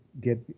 get